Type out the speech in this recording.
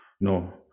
no